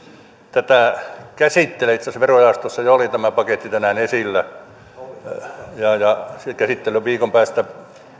tätä käsittelee itse asiassa verojaostossa jo oli tämä paketti tänään esillä ja se käsittely viikon päästä